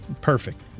Perfect